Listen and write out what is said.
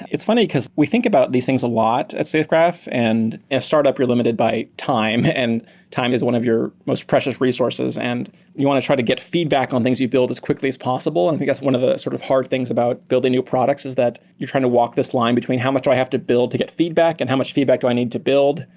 it's funny, because we think about these things a lot at safegraph, and startup, you're limited by time, and time is one of your most precious resources and you want to try to get feedback on things you build as quickly as possible. i guess one of the sort of hard things about building new products is that you're trying to walk this line between how much i have to build to get feedback and how much feedback do i need to build?